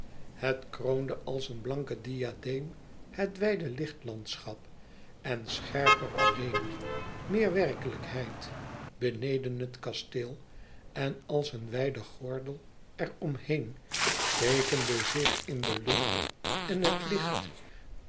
het kroonde als een blanke diadeem het wijde lichtlandschap en scherper alleen meer werkelijkheid beneden het kasteel en als een wijde gordel er om heen teekende zich in de lucht en het licht